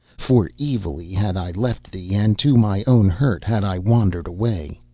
for evilly had i left thee, and to my own hurt had i wandered away.